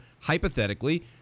hypothetically